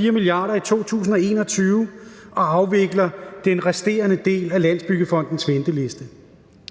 6,4 mia. kr. i 2021 og afvikler den resterende del af Landsbyggefondens venteliste.